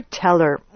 Teller